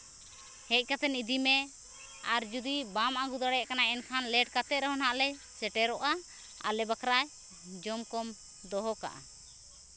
ᱦᱮᱡ ᱠᱟᱛᱮᱫ ᱤᱫᱤ ᱢᱮ ᱟᱨ ᱡᱩᱫᱤ ᱵᱟᱢ ᱟᱹᱜᱩ ᱫᱟᱲᱮᱭᱟᱜ ᱠᱟᱱᱟ ᱮᱱᱠᱷᱟᱱ ᱞᱮᱴ ᱠᱟᱛᱮᱫ ᱨᱮᱦᱚᱸ ᱱᱟᱦᱟᱸᱜ ᱞᱮ ᱥᱮᱴᱮᱨᱚᱜᱼᱟ ᱟᱞᱮ ᱵᱟᱠᱷᱨᱟ ᱡᱚᱢ ᱠᱚᱢ ᱫᱚᱦᱚ ᱠᱟᱜᱼᱟ